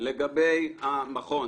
לגבי המכון.